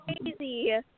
crazy